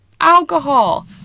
alcohol